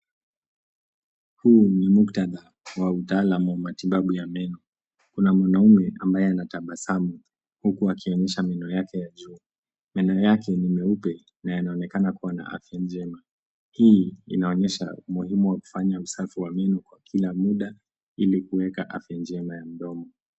Huu ni muktadha wa utalamu wa matibabu ya meno. Kuna mwanaume anaye tabasamu, huku akionyesha meno ya juu. Meno yake ni meupe na yanaonekana kuwa na afya njema. Hii inaonyesha umuhimu wa kufanya usafi wa meno kwa kila muda ili kueka afya njema ya mdomo.